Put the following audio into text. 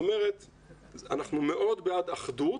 אנחנו מאוד בעד אחדות